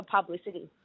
publicity